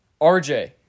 RJ